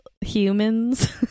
humans